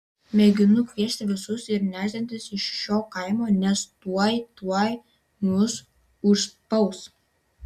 mėginu kviesti visus ir nešdintis iš šio kaimo nes tuoj tuoj mus užspaus